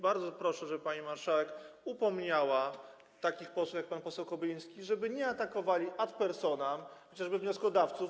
Bardzo proszę, żeby pani marszałek upomniała takich posłów jak pan poseł Kobyliński, żeby nie atakowali ad personam, chociażby wnioskodawców.